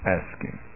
asking